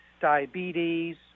diabetes